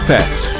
Pets